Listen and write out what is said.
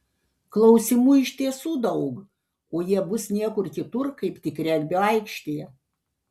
klausimų iš tiesų daug o jie bus niekur kitur kaip tik regbio aikštėje